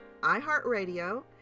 iHeartRadio